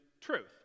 truth